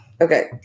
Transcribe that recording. Okay